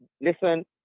listen